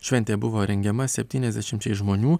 šventė buvo rengiama septyniasdešimčiai žmonių